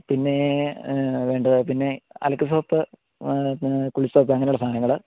പിന്നേ വേണ്ടത് പിന്നെ അലക്ക് സോപ്പ് കുളി സോപ്പ് അങ്ങനെ ഉള്ള സാധനങ്ങൾ